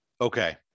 Okay